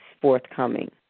forthcoming